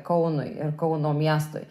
kaunui ir kauno miestui